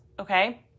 okay